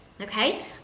okay